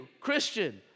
Christian